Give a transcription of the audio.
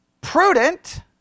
Prudent